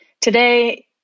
Today